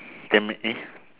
ten minute